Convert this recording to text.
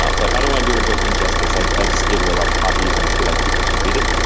ah but i don't want to do the book injustice. i i just give away a lot of copies and i feel like people should read it.